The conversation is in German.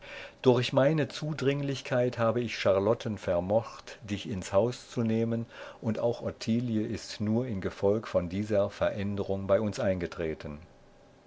durch meine zudringlichkeit habe ich charlotten vermocht dich ins haus zu nehmen und auch ottilie ist nur in gefolg von dieser veränderung bei uns eingetreten